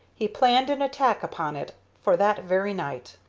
he planned an attack upon it for that very night.